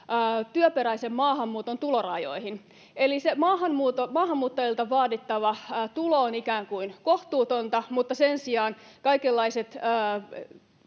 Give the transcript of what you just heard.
työperäisen maahanmuuton tulorajoihin, eli se maahanmuuttajilta vaadittava tulo on ikään kuin kohtuutonta, mutta sen sijaan kaikenlaiset